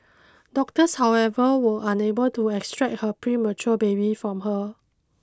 doctors however were unable to extract her premature baby from her